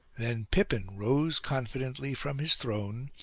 then pippin rose confidently from his throne,